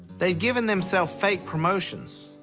they've given themselves fake promotions.